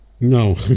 No